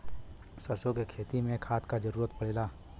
सरसो के खेती में का खाद क जरूरत पड़ेला?